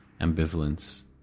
ambivalence